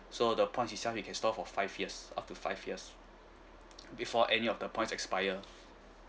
so the points itself you can store for five years up to five years before any of the points expired